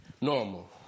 normal